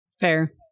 Fair